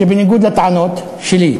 שבניגוד לטענות שלי,